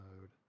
mode